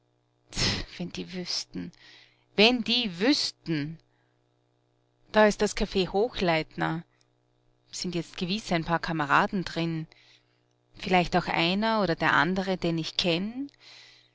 wenn die wüßten wenn die wüßten da ist das caf hochleitner sind jetzt gewiß ein paar kameraden drin vielleicht auch einer oder der andere den ich kenn